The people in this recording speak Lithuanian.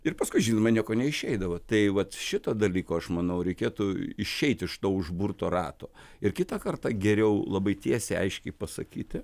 ir paskui žinoma nieko neišeidavo tai vat šito dalyko aš manau reikėtų išeiti iš to užburto rato ir kitą kartą geriau labai tiesiai aiškiai pasakyti